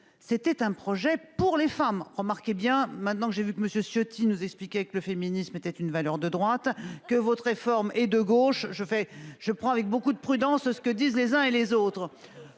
C'était un projet pour les femmes ! Remarquez, maintenant que j'ai entendu M. Ciotti nous expliquer que le féminisme était une valeur de droite et que cette réforme était de gauche, je prends avec beaucoup de prudence ce que disent les uns et les autres